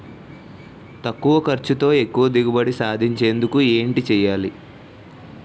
తక్కువ ఖర్చుతో ఎక్కువ దిగుబడి సాధించేందుకు ఏంటి చేయాలి?